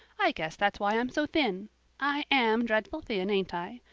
i guess that's why i'm so thin i am dreadful thin, ain't i?